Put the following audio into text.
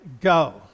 go